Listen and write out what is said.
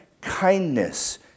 kindness